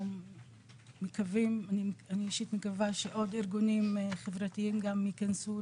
ואני אישית מקווה שעוד ארגונים חברתיים גם ייכנסו